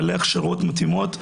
בעלי הכשרות מתאימות,